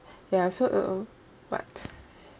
ya so um but